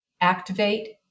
activate